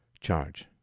charge